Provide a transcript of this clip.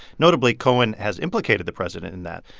notably, cohen has implicated the president in that,